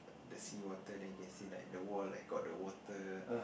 the seawater then you can see like the wall got like the water